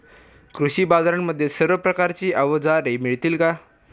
कृषी बाजारांमध्ये सर्व प्रकारची अवजारे मिळतील का?